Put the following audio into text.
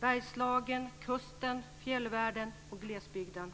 Bergslagen, kusten, fjällvärlden och glesbygden.